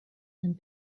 and